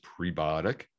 prebiotic